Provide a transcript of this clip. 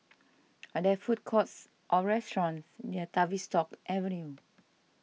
are there food courts or restaurants near Tavistock Avenue